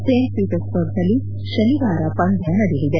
Saint ಪೀಟರ್ಬರ್ಗ್ನಲ್ಲಿ ಶನಿವಾರ ಪಂದ್ಲ ನಡೆಯಲಿದೆ